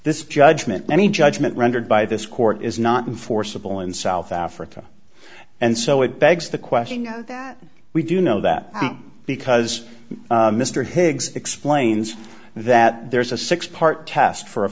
this judgment any judgment rendered by this court is not enforceable in south africa and so it begs the question that we do know that because mr higgs explains that there is a six part test for a